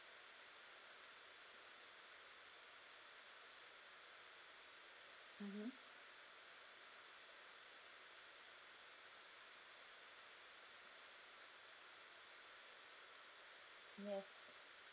mmhmm yes